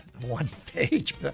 one-page